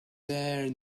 there